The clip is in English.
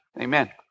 amen